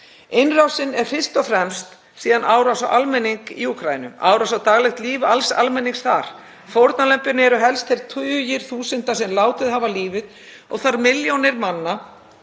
Innrásin er svo fyrst og fremst árás á almenning í Úkraínu, árás á daglegt líf alls almennings þar. Fórnarlömbin eru helst þeir tugir þúsunda sem látið hafa lífið og þær milljónir manna